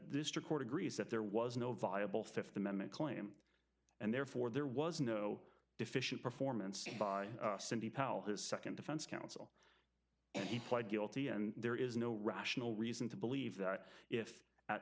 this record agrees that there was no viable fifth amendment claim and therefore there was no deficient performance by cindy powell his second defense counsel and he pled guilty and there is no rational reason to believe that if